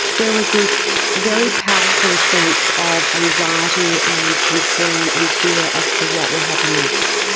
there was this very palpable sense of anxiety and concern and fear as to what will happen next.